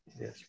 Yes